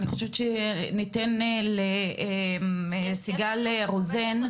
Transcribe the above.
אני חושבת שניתן לסיגל רוזן לענות.